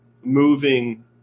moving